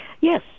Yes